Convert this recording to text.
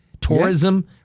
Tourism